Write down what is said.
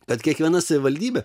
kad kiekviena savivaldybė